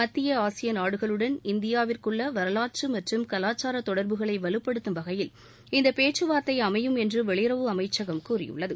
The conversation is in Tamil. மத்திய ஆசிய நாடுகளுடன் இந்தியாவிற்குள்ள வரவாற்று மற்றும் கவாச்சார தொடர்புகளை வலுப்படுத்தும் வகையில் இந்த பேச்சுவார்த்தை அமையும் என்று வெளியுறவு அமைச்சகம் கூறியுள்ளது